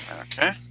Okay